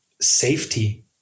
safety